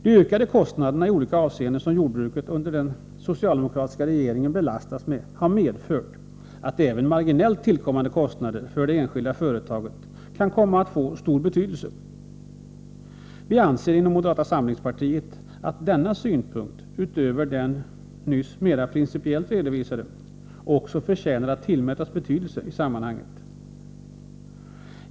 De ökade kostnader i olika avseenden som jordbruket under den socialdemokratiska regeringen belastats med har medfört att även marginellt tillkommande kostnader för det enskilda företaget kan komma att få stor betydelse. Vi anser inom moderata samlingspartiet att denna synpunkt, utöver den mera principiella som jag nyss redovisade, också förtjänar att tillmätas betydelse i sammanhanget.